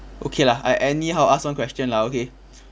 okay lah I anyhow ask one question lah okay